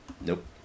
Nope